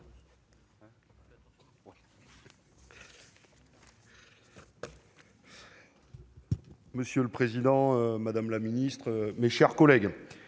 Monsieur le président, madame la ministre, mes chers collègues,